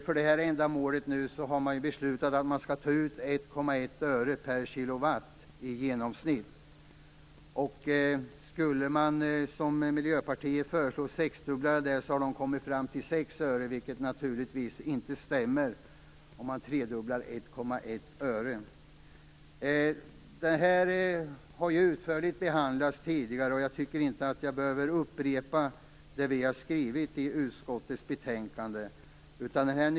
För detta ändamål tas ut en avgift om i genomsnitt 1,1 öre per kilowattimme. Miljöpartiet föreslår en tredubbling av denna avgift och har kommit fram till att avgiften då blir 6 öre, vilket naturligtvis inte stämmer. Detta har behandlats utförligt tidigare, och jag tycker inte att jag behöver upprepa det som vi har skrivit i utskottets betänkande.